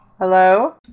Hello